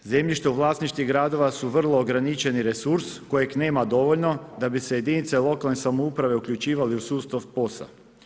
Zemljište u vlasništvu gradova su vrlo ograničeni resurs kojeg nema dovoljno da bi se jedinice lokalne samouprave uključivale u sustav POS-a.